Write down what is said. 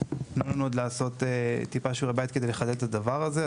תנו לנו עוד לעשות טיפה שיעורי בית כדי לחדד את הדבר הזה.